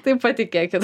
tai patikėkit